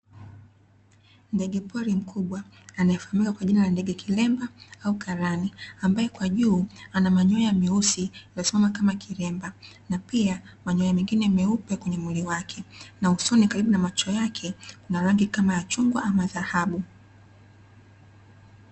Ndegepori mkubwa ambaye anayefahamika kwa jina la ndege kilemba au karani, ambaye kwa juu anamanyoya meusi yanayosimama kama kilemba na pia manyoya mengine meupe kwenye mwili wake na usoni karibu na macho yake kuna rangi kama ya chungwa ama dhahabu.